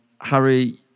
Harry